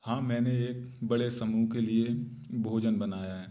हाँ मैंने एक बडे़ समूह के लिए भोजन बनाया है